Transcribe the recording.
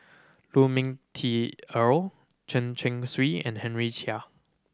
Lu Ming Teh Earl Chen Chong Swee and Henry Chia